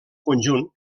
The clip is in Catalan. conjunt